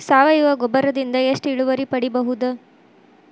ಸಾವಯವ ಗೊಬ್ಬರದಿಂದ ಎಷ್ಟ ಇಳುವರಿ ಪಡಿಬಹುದ?